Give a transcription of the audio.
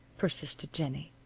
persisted jennie,